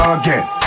again